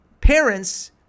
parents